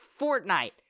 Fortnite